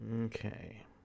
Okay